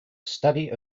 study